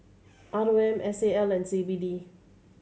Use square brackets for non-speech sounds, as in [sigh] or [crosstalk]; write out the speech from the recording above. [noise] R O M S A L and C B D